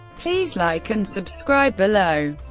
please like and subscribe below.